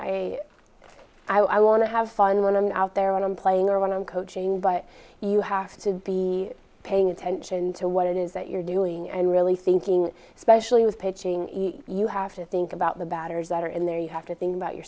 know i i want to have fun when i'm out there when i'm playing or when i'm coaching but you have to be paying attention to what it is that you're doing and really thinking especially with pitching you have to think about the batters that are in there you have to think about your